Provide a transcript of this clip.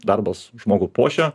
darbas žmogų puošia